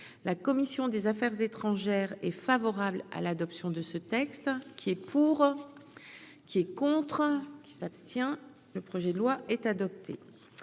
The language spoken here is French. la commission des Affaires étrangères est favorable à l'adoption de ce texte qui est pour, qui est contre qui s'abstient le projet de loi est adopté,